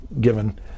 given